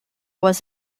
was